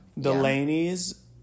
delaney's